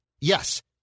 yes